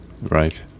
Right